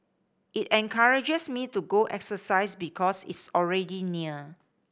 it encourages me to go exercise because it's already near